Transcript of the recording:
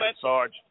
Sarge